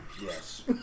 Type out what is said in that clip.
Yes